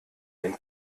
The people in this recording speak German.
den